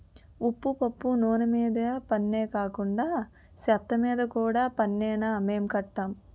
ఉప్పు పప్పు నూన మీద పన్నే కాకండా సెత్తమీద కూడా పన్నేనా మేం కట్టం